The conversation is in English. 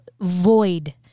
void